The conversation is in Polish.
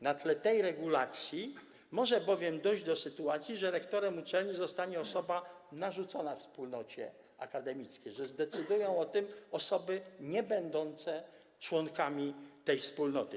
Na tle tej regulacji może bowiem dojść do sytuacji, że rektorem uczelni zostanie osoba narzucona wspólnocie akademickiej, że zdecydują o tym osoby niebędące członkami tej wspólnoty.